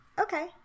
Okay